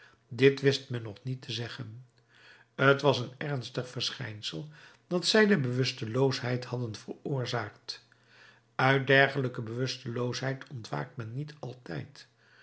dit wist men nog niet te zeggen t was een ernstig verschijnsel dat zij de bewusteloosheid hadden veroorzaakt uit dergelijke bewusteloosheid ontwaakt men niet altijd